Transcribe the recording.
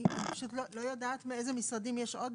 אני פשוט לא יודעת מאיזה משרדים יש עוד